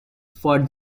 for